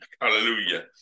Hallelujah